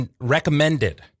recommended